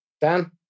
Dan